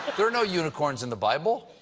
there are no unicorns in the bible.